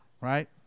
right